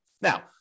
Now